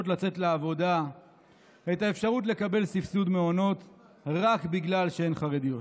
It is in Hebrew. לצאת לעבודה את האפשרות לקבל סבסוד מעונות רק בגלל שהן חרדיות.